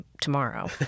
tomorrow